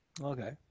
Okay